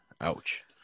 ouch